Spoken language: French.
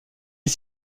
est